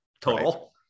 total